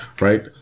Right